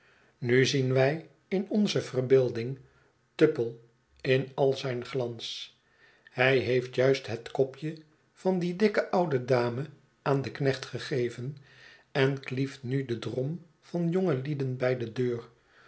nu zien wij in onze verbeelding tupple in al ztjn glans hy heeft juist het kopje van die dikke oude dame aan den knecht gegeven en klieft nu den drom van jongelieden bij de deur